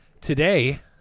Today